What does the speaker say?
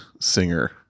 singer